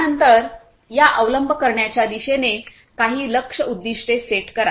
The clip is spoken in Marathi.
त्यानंतर या अवलंब करण्याच्या दिशेने काही लक्ष्य उद्दीष्टे सेट करा